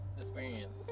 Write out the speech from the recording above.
experience